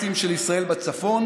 והאנרגטיים של ישראל בצפון.